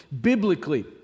biblically